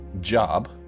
job